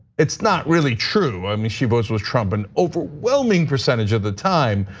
it's not really true. i mean, she votes with trump an overwhelming percentage of the time.